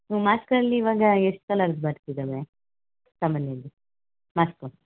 ಮಾಸ್ಕಲ್ಲಿ ಇವಾಗ ಎಷ್ಟು ಕಲರ್ದು ಬರ್ತಿದ್ದಾವೆ ಸಾಮಾನ್ಯವಾಗಿ ಮಾಸ್ಕು